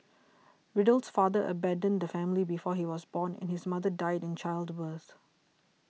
Riddle's father abandoned the family before he was born and his mother died in childbirth